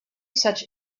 such